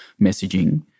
messaging